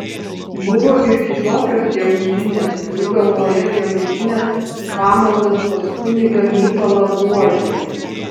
buvo ir kitokios gegužinės turiu galvoje gegužines pamaldas pas kunigą mykolą buožių